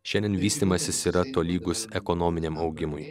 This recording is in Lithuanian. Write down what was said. šiandien vystymasis yra tolygus ekonominiam augimui